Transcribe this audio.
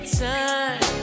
time